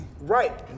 Right